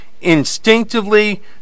instinctively